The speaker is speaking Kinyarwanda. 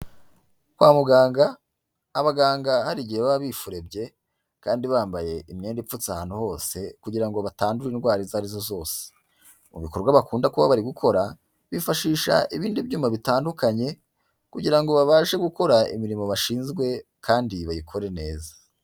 Kwa muganga, abaganga hari igihe baba bifurebye kandi bambaye imyenda ipfutse ahantu hose kugira ngo batandura indwara izo arizo zose. Mu bikorwa bakunda kuba bari gukora, bifashisha ibindi byuma bitandukanye kugira ngo babashe gukora imirimo bashinzwe kandi bayikore neza.